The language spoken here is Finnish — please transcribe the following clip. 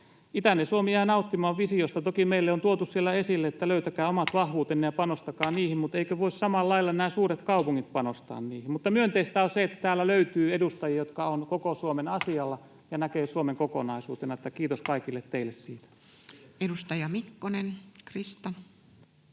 Suomi jää nauttimaan visiosta. Toki meille on tuotu siellä esille, että löytäkää omat vahvuutenne ja panostakaa niihin, mutta eivätkö nämä suuret kaupungit voi samalla lailla panostaa niihin? Mutta myönteistä on se, että täällä löytyy edustajia, jotka ovat koko Suomen asialla ja näkevät Suomen kokonaisuutena, niin että kiitos kaikille teille siitä. Edustaja Mikkonen, Krista.